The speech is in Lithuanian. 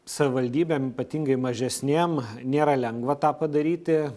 savivaldybėm ypatingai mažesnėm nėra lengva tą padaryti